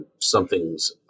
something's